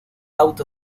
out